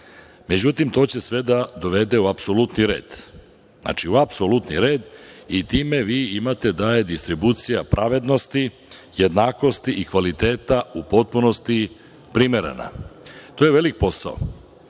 dalje.Međutim, to će sve da dovede u apsolutni red, znači u apsolutni red i time vi imate da je distribucija pravednosti, jednakosti i kvaliteta u potpunosti primerena. To je veliki